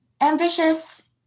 ambitious